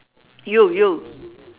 you you